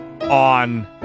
on